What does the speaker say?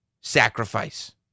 sacrifice